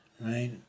right